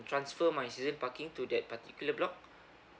transfer my season parking to that particular block